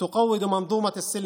הפסיקו את המלחמה הזאת